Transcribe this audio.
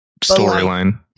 storyline